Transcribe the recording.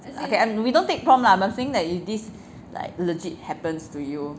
okay we don't take prom lah I am saying that if this like legit happens to you